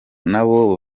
nabo